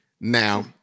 Now